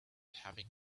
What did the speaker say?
having